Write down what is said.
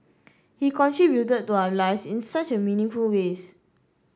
he contributed to our lives in such meaningful ways